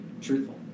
truthful